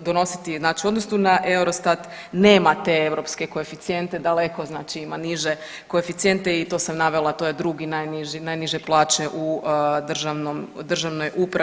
donositi znači u odnosu na Eurostat nema te europske koeficijente daleko znači ima niže koeficijente i to sam navela to je drugi najniže plaće u državnom, državnoj upravi.